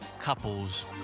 couples